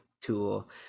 tool